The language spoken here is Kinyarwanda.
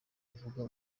avuga